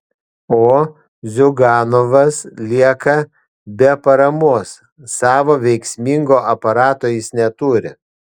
o ziuganovas lieka be paramos savo veiksmingo aparato jis neturi